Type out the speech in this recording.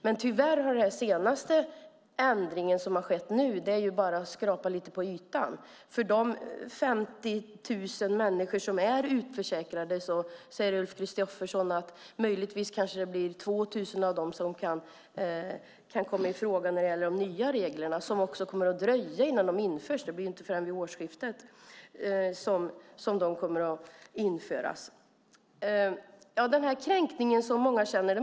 Men tyvärr är den senaste ändringen som har skett nu bara att skrapa lite på ytan. Ulf Kristersson säger att av de 50 000 människor som är utförsäkrade blir det möjligtvis 2 000 som kan komma i fråga när det gäller de nya reglerna. Det kommer också att dröja innan de införs - det blir inte förrän vid årsskiftet som de kommer att införas. Många känner det som en kränkning.